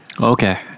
Okay